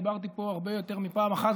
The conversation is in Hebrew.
30% חבר הכנסת,